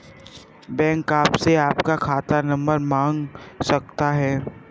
bank आपसे आपका खाता नंबर मांग सकता है